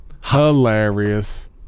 Hilarious